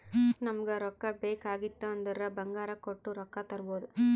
ನಮುಗ್ ರೊಕ್ಕಾ ಬೇಕ್ ಆಗಿತ್ತು ಅಂದುರ್ ಬಂಗಾರ್ ಕೊಟ್ಟು ರೊಕ್ಕಾ ತರ್ಬೋದ್